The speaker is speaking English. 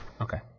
Okay